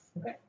Okay